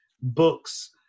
books